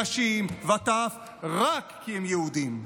נשים וטף רק כי הם יהודים.